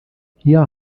hier